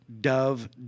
dove